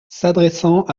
s’adressant